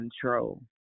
control